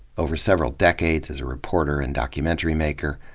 over several decades as a reporter and documentary maker,